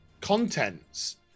contents